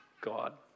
God